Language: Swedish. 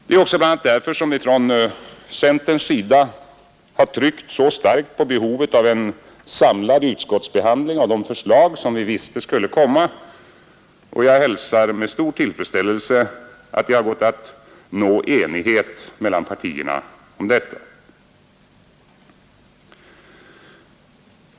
Det är också bl.a. därför som vi från centerns sida har tryckt så starkt på behovet av en samlad utskottsbehandling av de förslag som vi visste skulle komma, och jag hälsar med stor tillfredsställelse att det har gått att nå enighet mellan partierna om detta.